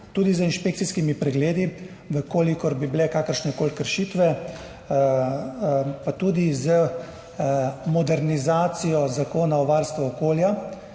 tudi z inšpekcijskimi pregledi, če bi bile kakršnekoli kršitve, pa tudi z modernizacijo Zakona o varstvu okolja,